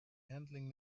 handling